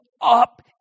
up